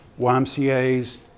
YMCAs